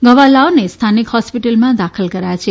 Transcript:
ઘવાયેલાઓને સ્થાનિક હોસ્પિટલમાં દાખલ કરાયા છે